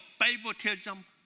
favoritism